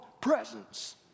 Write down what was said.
Presence